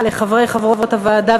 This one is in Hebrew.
לחברי וחברות הוועדה,